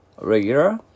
Regular